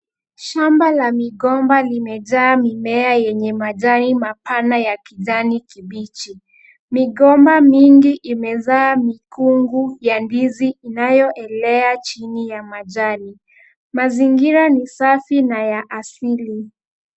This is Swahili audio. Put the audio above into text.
Shamba la migomba limejaa mimea yenye majani mapana ya kijani kibichi. Migomba mingi imezaa mikungu ya ndizi inayoelea chini ya majani. Mazingira ni safi na ya asili.